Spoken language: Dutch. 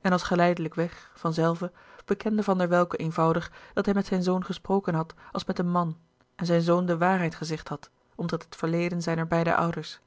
en als geleidelijkweg van zelve bekende van der welcke eenvoudig dat hij met zijn zoon gesproken had als met een man en zijn zoon de waarheid gezegd had omtrent het verleden zijner beide ouders